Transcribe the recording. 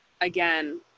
again